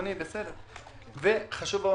וחשוב לומר